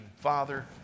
Father